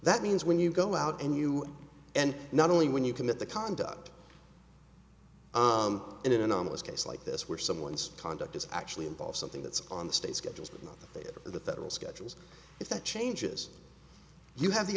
that means when you go out and you and not only when you commit the conduct in an anomalous case like this where someone's conduct is actually involves something that's on the state schedule of the federal schedules if that changes you have the